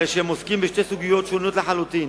הרי שהם עוסקים בשתי סוגיות שונות לחלוטין.